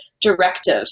directive